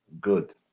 good